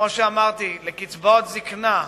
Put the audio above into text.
כמו שאמרתי, לקצבאות זיקנה,